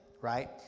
right